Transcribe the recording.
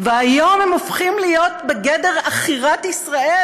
היום הם הופכים להיות בגדר עכירת ישראל,